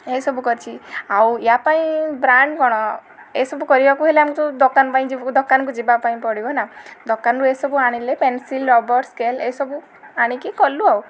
ଏ ସବୁ କରିଛି ଆଉ ୟା ପାଇଁ ବ୍ରାଣ୍ଡ କ'ଣ ଏ ସବୁ କରିବାକୁ ହେଲେ ଆମେ ଯେଉଁ ଦୋକାନ ପାଇଁ ଯିବୁ ଦୋକାନକୁ ଯିବା ପାଇଁ ପଡ଼ିବ ନା ଦୋକାନରୁ ଏସବୁ ଆଣିଲେ ପେନସିଲ ରବର ସ୍କେଲ ଏଇସବୁ ଆଣିକି କଲୁ ଆଉ